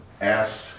asked